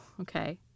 okay